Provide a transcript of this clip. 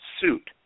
suit